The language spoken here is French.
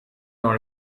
dans